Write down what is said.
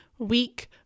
week